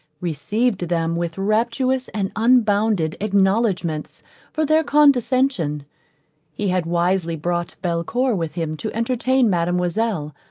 received them with rapturous and unbounded acknowledgments for their condescension he had wisely brought belcour with him to entertain mademoiselle,